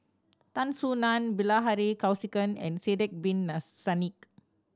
Tan Soo Nan Bilahari Kausikan and Sidek Bin Saniff